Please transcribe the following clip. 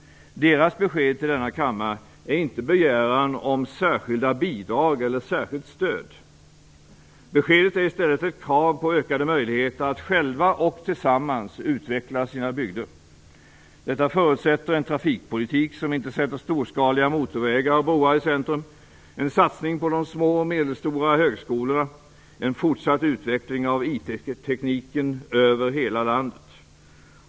Deras besked till denna kammare är inte begäran om särskilda bidrag eller särskilt stöd. Beskedet är i stället ett krav på ökade möjligheter att själva och tillsammans utveckla sina bygder. Detta förutsätter en trafikpolitik som inte sätter storskaliga motorvägar och broar i centrum, en satsning på de små och medelstora högskolorna, en fortsatt utveckling av IT-tekniken över hela landet.